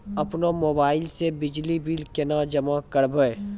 अपनो मोबाइल से बिजली बिल केना जमा करभै?